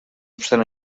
obstant